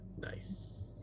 nice